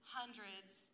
hundreds